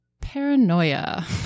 paranoia